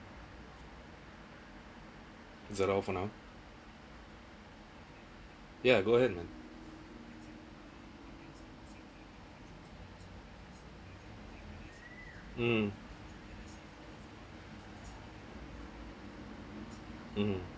is that all for now yeah go ahead then um (uh huh)